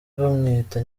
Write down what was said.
bamwita